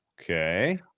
Okay